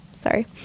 Sorry